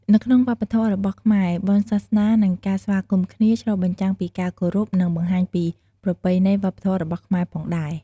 នៅក្នុងវប្បធម៌របស់ខ្មែរបុណ្យសាសនានិងការស្វាគមន៍គ្នា ឆ្លុះបញ្ចាំងពីការគោរព និងបង្ហាញពីប្រពៃណីវប្បធម៌របស់ខ្មែរផងដែរ។